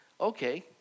Okay